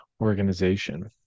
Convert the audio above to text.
organization